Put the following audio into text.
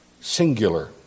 singular